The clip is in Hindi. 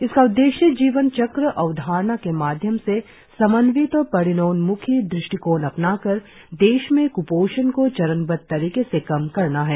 इसका उद्देश्य जीवन चक्र अवधारणा के माध्यम से समन्वित और परिणामोन्म्खी दृष्टिकोण अपनाकर देश से क्पोषण को चरणबद्व तरीके से कम करना है